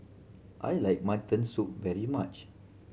I like mutton soup very much